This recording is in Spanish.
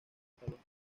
escalones